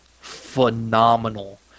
phenomenal